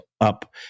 up